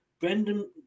Brendan